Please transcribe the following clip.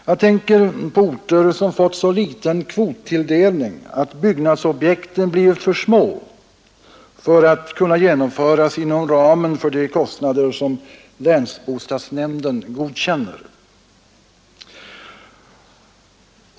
Jag tänker på orter som fått så liten kvottilldelning att byggnadsobjekten blir för små för att kunna genomföras inom ramen för de kostnader som länsbostadsnämnden godkänner.